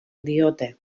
diote